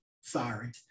sorry